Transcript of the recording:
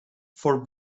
for